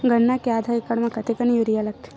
गन्ना के आधा एकड़ म कतेकन यूरिया लगथे?